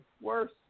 worse